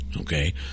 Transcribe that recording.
Okay